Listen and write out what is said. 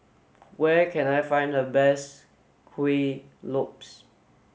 where can I find the best Kuih Lopes